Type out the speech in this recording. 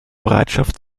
bereitschaft